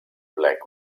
black